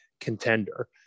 contender